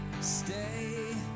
stay